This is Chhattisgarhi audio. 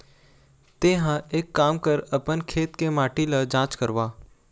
तेंहा एक काम कर अपन खेत के माटी ल जाँच करवा